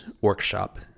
workshop